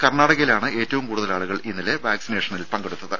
കർണാടകയിലാണ് ഏറ്റവും കൂടുതൽ ആളുകൾ ഇന്നലെ വാക്സിനേഷനിൽ പങ്കെടുത്തത്